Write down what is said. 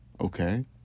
Okay